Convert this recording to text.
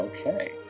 Okay